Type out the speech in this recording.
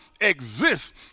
exist